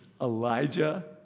Elijah